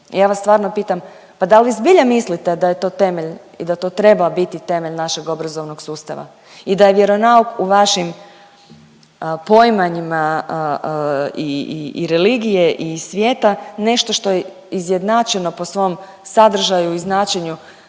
Ja vas stvarno pitam, pa da li zbilja mislite da je to temelj i da to treba biti temelj našeg obrazovnog sustava i da je vjeronauk u vašim poimanjima i, i religije i svijeta nešto što je izjednačeno po svom sadržaju i značenju